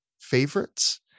favorites